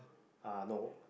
uh no